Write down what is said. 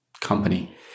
Company